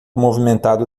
movimentado